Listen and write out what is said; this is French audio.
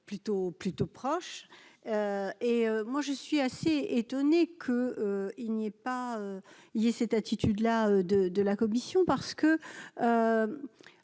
plutôt proche et moi je suis assez étonné que il n'y ait pas il y a cette attitude-là de de la commission parce que